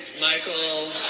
Michael